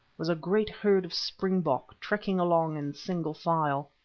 was a great herd of springbok trekking along in single file.